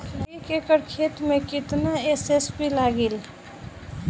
एक एकड़ खेत मे कितना एस.एस.पी लागिल?